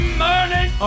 morning